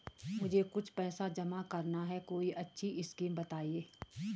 मुझे कुछ पैसा जमा करना है कोई अच्छी स्कीम बताइये?